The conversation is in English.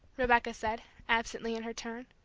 rebecca said, absently in her turn.